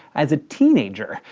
as a teenager,